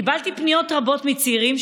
קיבלתי פניות רבות מצעירים,